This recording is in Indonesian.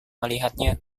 melihatnya